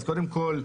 אז קודם כל,